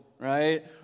Right